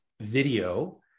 video